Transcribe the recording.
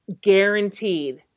guaranteed